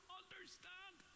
understand